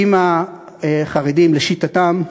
עם החרדים, לשיטתם.